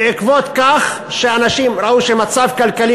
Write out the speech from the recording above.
בעקבות כך שאנשים ראו שהמצב הכלכלי